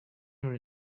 her